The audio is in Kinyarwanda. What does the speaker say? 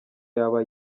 yaba